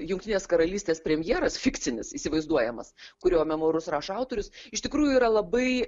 jungtinės karalystės premjeras fikcinis įsivaizduojamas kurio memuarus rašo autorius iš tikrųjų yra labai